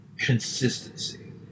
consistency